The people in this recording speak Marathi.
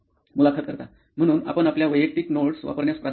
मुलाखतकर्ता म्हणून आपण आपल्या वैयक्तिक नोट्स वापरण्यास प्राधान्य द्या